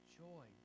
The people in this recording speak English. joy